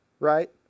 Right